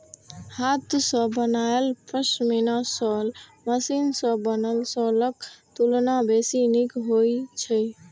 हाथ सं बनायल पश्मीना शॉल मशीन सं बनल शॉलक तुलना बेसी नीक होइ छै